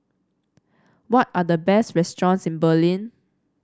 what are the best restaurants in Berlin